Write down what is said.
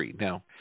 Now